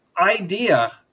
idea